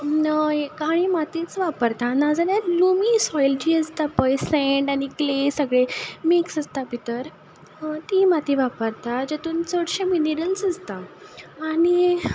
काळी मातीच वापरतां ना जाल्यार लोमी सोय्ल आसता पळय सेन्ड आनी क्ले सगळें मिक्स आसता भितर ती माती वापरतां जेतून चडशे मिनिरल्स आसता आनी